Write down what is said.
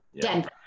denver